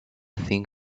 thing